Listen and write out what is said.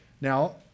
Now